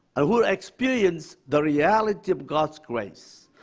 are who experience the reality of god's grace.